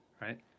right